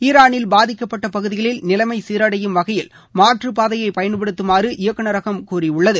ஈரானில் பாதிக்கப்பட்ட பகுதிகளில் நிலைமை சீரடையும் வகையில் மாற்றப்பாதையை பயன்படுத்துமாறு இயக்குனரகம் கூறியுள்ளது